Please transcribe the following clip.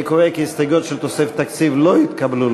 אני קובע כי ההסתייגויות של תוספת התקציב בסעיף 46 לא התקבלו.